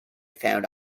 found